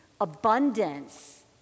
abundance